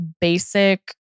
basic